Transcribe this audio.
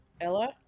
Ella